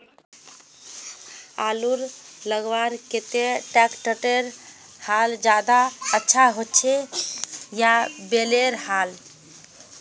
आलूर लगवार केते ट्रैक्टरेर हाल ज्यादा अच्छा होचे या बैलेर हाल?